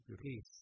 Peace